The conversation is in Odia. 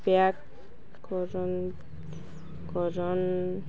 ପ୍ୟାକ୍ କରନ୍ କରନ୍